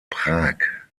prag